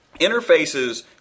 interfaces